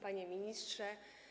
Panie Ministrze!